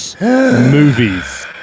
movies